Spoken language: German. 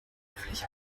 höflich